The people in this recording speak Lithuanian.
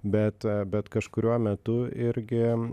bet bet kažkuriuo metu irgi